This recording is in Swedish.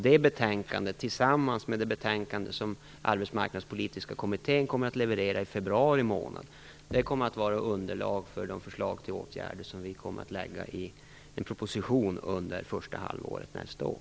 Det betänkandet tillsammans med det betänkande som Arbetsmarknadspolitiska kommittén kommer att leverera i februari månad kommer att vara underlag för de förslag till åtgärder som vi kommer att lägga fram i en proposition under första halvåret nästa år.